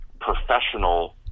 professional